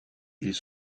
ils